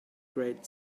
great